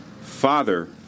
Father